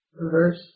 verse